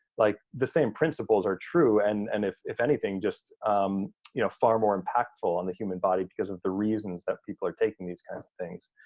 like the same principles are true. and and if if anything, just um you know far more impactful on the human body because of the reasons that people are taking these kinds of things.